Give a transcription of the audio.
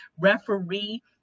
referee